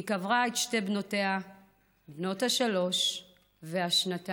היא קברה את שתי בנותיה בנות השלוש והשנתיים.